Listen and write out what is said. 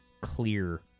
clear